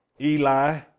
Eli